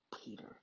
Peter